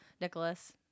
nicholas